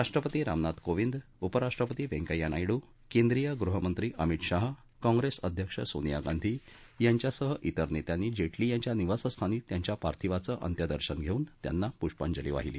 राष्ट्रपती रामनाथ कोविंद उपराष्ट्रपती व्यंकय्या नायडू केंद्रीय गृहमंत्री अमित शाह काँप्रेस अध्यक्ष सोनिया गांधी यांच्यासह त्रि नेत्यांनी जेटली यांच्या निवासस्थानी त्यांच्या पार्थिवाचं अंत्यदर्शन घेऊन त्यांना पुष्पांजली वाहिली